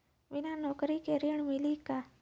बिना नौकरी के ऋण मिली कि ना?